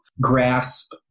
grasp